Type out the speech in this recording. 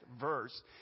verse